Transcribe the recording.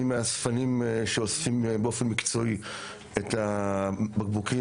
אני מאספנים שאוספים באופן מקצועי את הבקבוקים